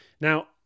now